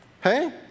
Hey